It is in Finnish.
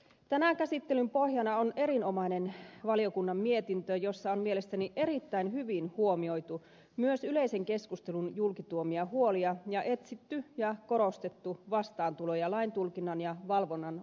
tänään käsittelyn pohjana on erinomainen valiokunnan mietintö jossa on mielestäni erittäin hyvin huomioitu myös yleisen keskustelun julki tuomia huolia ja etsitty ja korostettu vastaantuloja lain tulkinnan ja valvonnan osalta